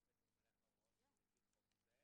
אם כן...." הוא ממלא אחר הוראות לפי חוק זה.